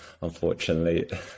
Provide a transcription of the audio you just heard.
unfortunately